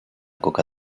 coca